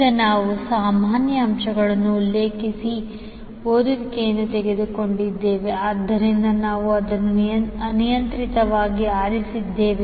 ಈಗ ನಾವು ಸಾಮಾನ್ಯ ಅಂಶವನ್ನು ಉಲ್ಲೇಖಿಸಿ ಓದುವಿಕೆಯನ್ನು ತೆಗೆದುಕೊಂಡಿದ್ದೇವೆ ಆದ್ದರಿಂದ ನಾವು ಅದನ್ನು ಅನಿಯಂತ್ರಿತವಾಗಿ ಆರಿಸಿದ್ದೇವೆ